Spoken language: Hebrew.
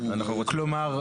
כלומר,